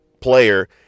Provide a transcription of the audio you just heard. player